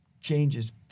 changes